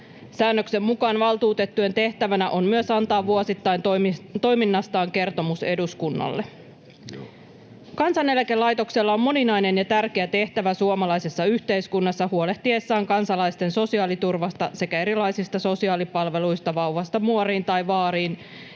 Säännöksen mukaan valtuutettujen tehtävänä on myös antaa vuosittain toiminnastaan kertomus eduskunnalle. Kansaneläkelaitoksella on moninainen ja tärkeä tehtävä suomalaisessa yhteiskunnassa huolehtiessaan kansalaisten sosiaaliturvasta sekä erilaisista sosiaalipalveluista vauvasta muoriin tai vaariin